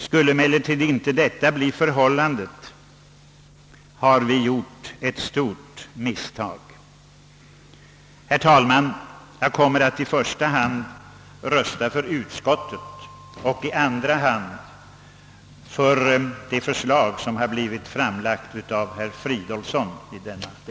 Skulle inte detta bli fallet, har vi gjort ett stort misstag. Herr talman! Jag kommer att i första hand rösta för utskottet och i andra hand för det förslag som under debatten framlagts av herr Fridolfsson i Stockholm.